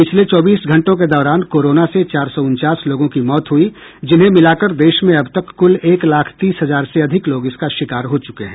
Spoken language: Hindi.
पिछले चौबीस घंटों के दौरान कोरोना से चार सौ उनचास लोगों की मौत हुई जिन्हें मिलाकर देश में अब तक कुल एक लाख तीस हजार से अधिक लोग इसका शिकार हो चुके हैं